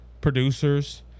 producers